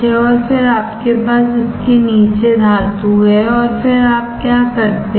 और फिर आपके पास इसके नीचे धातु है और फिर आप क्या करते हैं